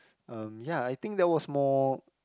um ya I think that was more